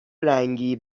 رنگی